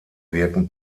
wirken